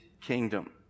kingdom